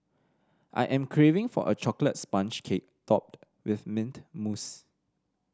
I am craving for a chocolate sponge cake topped with mint mousse